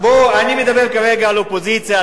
בוא, אני מדבר כרגע על אופוזיציה.